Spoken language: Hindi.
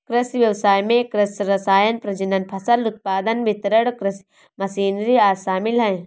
कृषि व्ययसाय में कृषि रसायन, प्रजनन, फसल उत्पादन, वितरण, कृषि मशीनरी आदि शामिल है